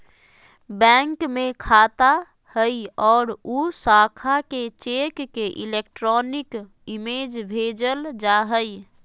bank में खाता हइ और उ शाखा के चेक के इलेक्ट्रॉनिक इमेज भेजल जा हइ